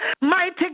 Mighty